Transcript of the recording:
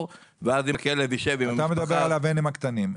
ואז אם הכלב יישב --- אתה מדבר על הוואנים הקטנים.